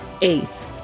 Eighth